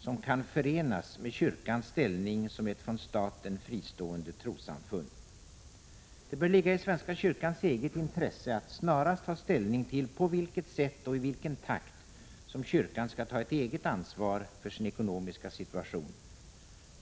som kan förenas med kyrkans ställning som ett från staten fristående trossamfund. Det bör ligga i svenska kyrkans eget intresse att snarast ta ställning till på vilket sätt och i vilken takt som kyrkan skall ta ett eget ansvar för sin ekonomiska situation.